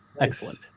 Excellent